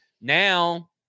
Now